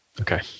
Okay